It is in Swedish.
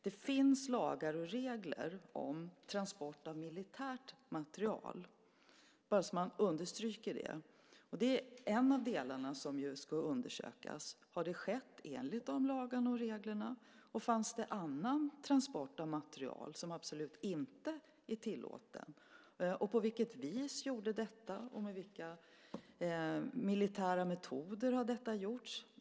Det finns lagar och regler om transport av militär materiel - för att alltså understryka detta. Det är en av de delar som ska undersökas. Har det skett enligt de lagarna och reglerna, och fanns det annan transport av materiel som absolut inte är tillåten? På vilket vis gjordes detta, och med vilka militära metoder har detta gjorts?